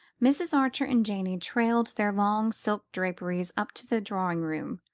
mrs. archer and janey trailed their long silk draperies up to the drawing-room,